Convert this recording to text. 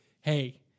hey